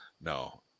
no